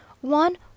one